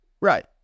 Right